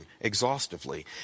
exhaustively